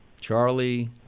Charlie